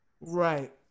Right